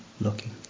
looking